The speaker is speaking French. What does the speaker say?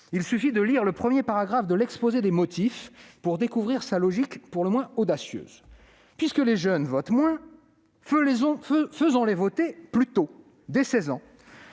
Il suffit de lire le premier paragraphe de l'exposé des motifs pour découvrir sa logique pour le moins audacieuse. Puisque les jeunes votent moins, faisons-les voter plus tôt, dès 16 ans